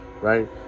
right